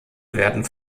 werden